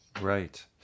Right